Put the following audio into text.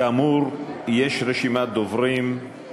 כאמור, יש רשימת דוברים.